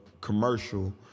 commercial